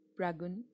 Pragun